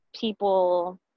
people